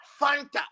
Fanta